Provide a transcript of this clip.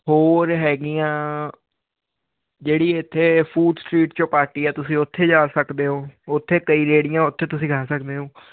ਹੋਰ ਹੈਗੀਆਂ ਜਿਹੜੀ ਇੱਥੇ ਫ਼ੂਡ ਸਟਰੀਟ ਚੌਪਾਟੀ ਹੈ ਤੁਸੀਂ ਉੱਥੇ ਜਾ ਸਕਦੇ ਹੋ ਉੱਥੇ ਕਈ ਰੇਹੜੀਆਂ ਉੱਥੇ ਤੁਸੀਂ ਖਾ ਸਕਦੇ ਹੋ